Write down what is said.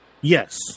Yes